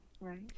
right